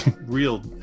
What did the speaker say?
real